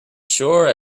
sure